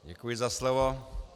Děkuji za slovo.